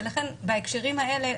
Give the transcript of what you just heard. ולכן בהקשרים האלה,